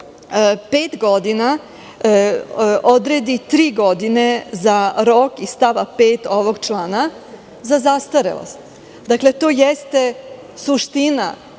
pet godina, odredi - tri godine za rok iz stava 5. ovog člana, za zastarelost. Dakle, to jeste suština